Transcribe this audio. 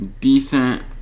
decent